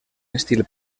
estil